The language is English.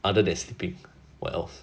other than sleeping what else